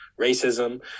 racism